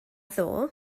ddoe